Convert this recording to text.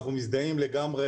אנחנו מזדהים לגמרי,